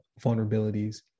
vulnerabilities